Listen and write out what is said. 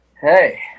hey